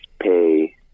pay